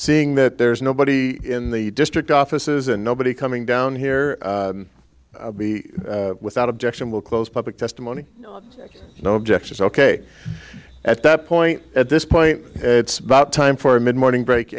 seeing that there's nobody in the district offices and nobody coming down here without objection will close public testimony no objections ok at that point at this point it's about time for a mid morning break